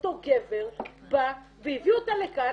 שאותו גבר בא והביא אותה לכאן,